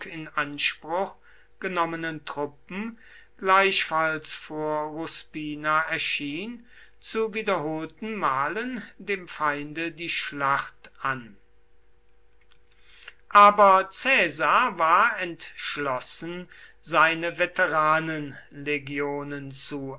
in anspruch genommenen truppen gleichfalls vor ruspina erschien zu wiederholten malen dem feinde die schlacht an aber caesar war entschlossen seine veteranenlegionen zu